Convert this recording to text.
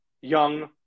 young